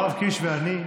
יואב קיש ואני,